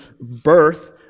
birth